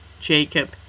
Jacob